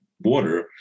border